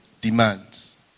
demands